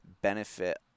benefit